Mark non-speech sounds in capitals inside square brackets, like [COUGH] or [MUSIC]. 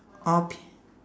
orh [NOISE]